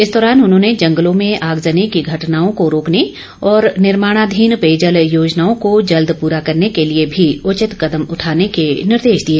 इस दौरान उन्होंने जंगलों में आगजनी की घटनाओं को रोकने और निर्माणाधीन पेयजल योजनाओं को जल्द पुरा करने के लिए भी उचित कदम उठाने के निर्देश दिए